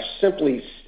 simply